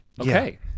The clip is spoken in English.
Okay